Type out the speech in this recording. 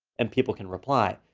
and people can reply.